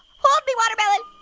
hold me, watermelon!